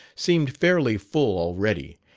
seemed fairly full already,